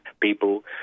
people